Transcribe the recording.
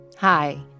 Hi